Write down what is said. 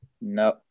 no